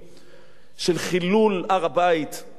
של חילול הר-הבית, כולם שתקו.